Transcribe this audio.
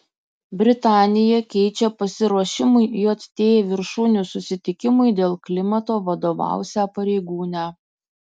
britanija keičia pasiruošimui jt viršūnių susitikimui dėl klimato vadovausią pareigūnę